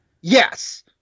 Yes